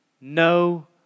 no